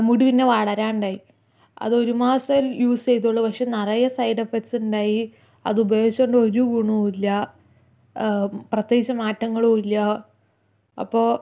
മുടി പിന്നെ വളരാണ്ടായി അത് ഒരു മാസം യൂസ് ചെയ്തുള്ളൂ പക്ഷെ നിറയെ സൈഡ് എഫക്റ്റ്സ് ഉണ്ടായി അത് ഉപയോഗിച്ചതു കൊണ്ട് ഒരു ഗുണവുമില്ല പ്രത്യേകിച്ച് മാറ്റങ്ങളുമില്ല അപ്പോൾ